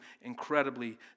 incredibly